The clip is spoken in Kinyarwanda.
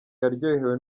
yaryohewe